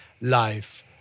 Life